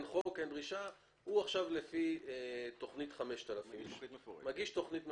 מכוח תכנית 5000 הוא מגיש תכנית מפורטת,